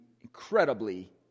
incredibly